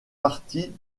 partie